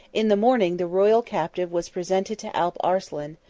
in the morning the royal captive was presented to alp arslan,